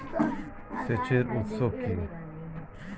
সেচের উৎস কি?